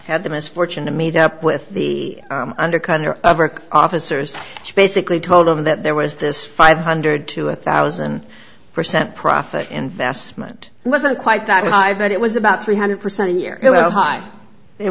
had the misfortune to meet up with the undercut her officers basically told them that there was this five hundred to a thousand percent profit investment wasn't quite that high but it was about three hundred percent in year eleven high it